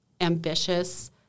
ambitious